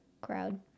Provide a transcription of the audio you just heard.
crowd